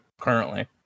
currently